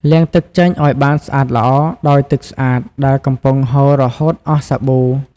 លាងទឹកចេញ ឱ្យបានស្អាតល្អ ដោយទឹកស្អាតដែលកំពុងហូររហូតអស់សាប៊ូ។